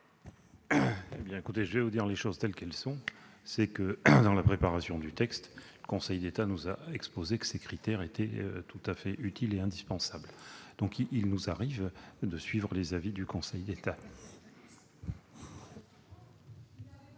Je vais vous dire les choses telles qu'elles sont : lors de la préparation du texte, le Conseil d'État nous a expliqué que ces critères étaient tout à fait utiles, et même indispensables. Il nous arrive de suivre les avis du Conseil d'État